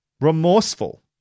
remorseful